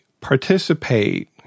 participate